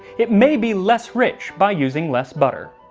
it may be less rich by using less butter.